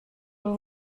vous